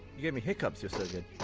you gave me hiccoughs, you're so good!